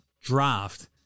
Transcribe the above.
draft